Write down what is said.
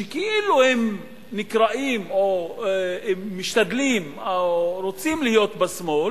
שכאילו הם נקראים או משתדלים או רוצים להיות בשמאל,